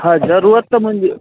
हा ज़रूरत त मुंहिंजी